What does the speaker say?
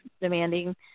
demanding